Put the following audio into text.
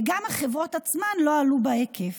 וגם החברות עצמן לא עלו בהיקף.